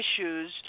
issues